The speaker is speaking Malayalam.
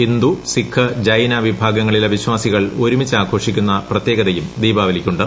ഹിന്ദു സിഖ് ജൈന വിഭാഗങ്ങളിലെ വിശ്വാസികൾ ഒരുമിച്ച് ആഘോഷിക്കുന്ന പ്രത്യേകതയും ദീപാവലിക്കുണ്ട്